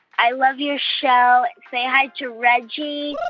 i love your show. and say hi to reggie.